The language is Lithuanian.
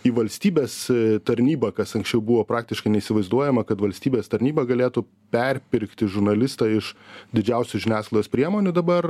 į valstybės tarnybą kas anksčiau buvo praktiškai neįsivaizduojama kad valstybės tarnyba galėtų perpirkti žurnalistą iš didžiausių žiniasklaidos priemonių dabar